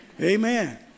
Amen